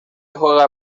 juega